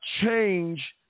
change